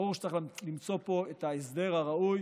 ברור שצריך למצוא פה את ההסדר הראוי